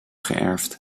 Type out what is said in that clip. geërfd